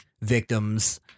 victims